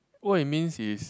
what it means is